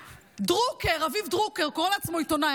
דרוקר, רביב דרוקר, קורא לעצמו עיתונאי.